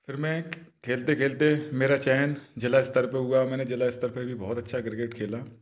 फिर मैं खेलते खेलते मेरा चयन जिला स्तर पर हुआ मैंने जिला स्तर पर भी बहुत अच्छा क्रिकेट खेला